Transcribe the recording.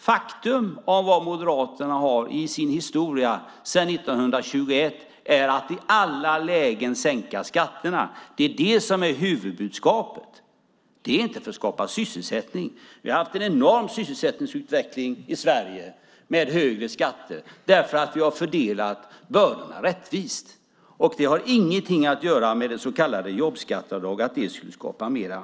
Faktum är att Moderaterna i sin historia sedan 1921 i alla lägen har budskapet att sänka skatterna. Det är det som är huvudbudskapet. Det är inte för att skapa sysselsättning. Vi har haft en enorm sysselsättningsutveckling i Sverige med högre skatter därför att vi har fördelat bördorna rättvist. Det har ingenting att göra med det så kallade jobbskatteavdraget och att det skulle skapa mer jobb.